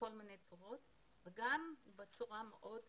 בכל מיני צורות וגם בצורה מאוד פרקטית.